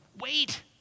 Wait